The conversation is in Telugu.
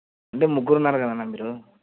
అంటే ముగ్గురు ఉన్నారు కదన్నా మీరు